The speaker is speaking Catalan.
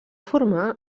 formar